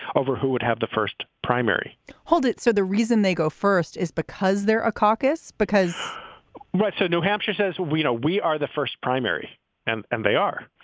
over who would have the first primary hold it. so the reason they go first is because they're a caucus, because right. so new hampshire says we know we are the first primary and and they are.